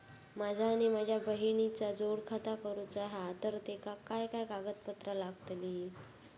माझा आणि माझ्या बहिणीचा जोड खाता करूचा हा तर तेका काय काय कागदपत्र लागतली?